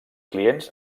clients